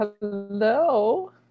Hello